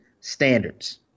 standards